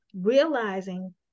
realizing